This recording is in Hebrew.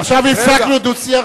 עכשיו הפסקנו דו-שיח,